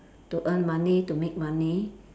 to earn money to make money